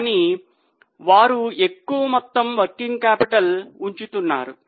కానీ వారు ఎక్కువ మొత్తము వర్కింగ్ క్యాపిటల్ ఉంచుతున్నారు